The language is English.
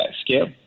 scale